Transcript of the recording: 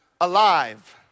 alive